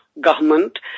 government